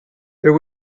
there